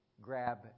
Grab